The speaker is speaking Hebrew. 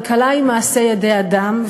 כלכלה היא מעשה ידי אדם,